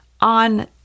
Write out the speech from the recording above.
on